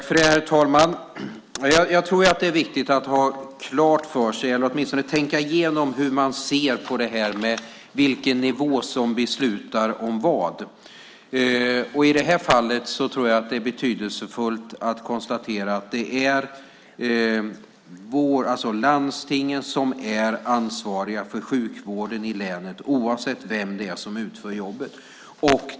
Herr talman! Jag tror att det är viktigt att tänka igenom hur man ser på frågan om vilken nivå som ska besluta om vad. I det här fallet är det betydelsefullt att konstatera att det är landstingen som är ansvariga för sjukvården i länet, oavsett vem som utför jobbet.